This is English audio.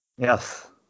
Yes